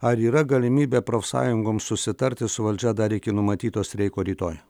ar yra galimybė profsąjungoms susitarti su valdžia dar iki numatyto streiko rytoj